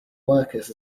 workers